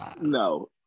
No